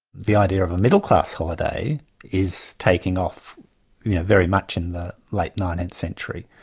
the idea of a middle class holiday is taking off yeah very much in the late nineteenth century,